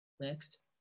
Next